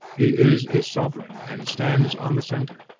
he is a sovereign, and stands on the centre.